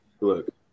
Look